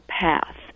path